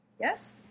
Yes